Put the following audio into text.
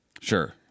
Sure